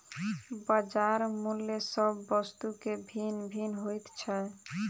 बजार मूल्य सभ वस्तु के भिन्न भिन्न होइत छै